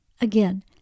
Again